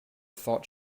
thought